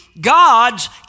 God's